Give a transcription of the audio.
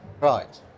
Right